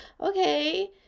okay